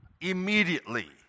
immediately